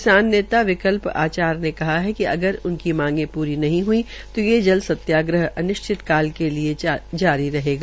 किसान नेता विकल्प आचार ने कहा है कि अगर उनकी मांगे पूरी नहीं हई तो ये जल सत्याग्रह अनिश्चित काल के लिये लागू रहेगा